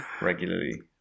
regularly